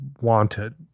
wanted